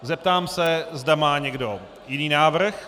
Zeptám se, zda má někdo jiný návrh.